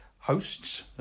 Hosts